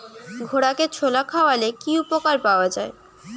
ঘোড়াকে ছোলা খাওয়ালে কি উপকার পাওয়া যায়?